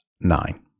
nine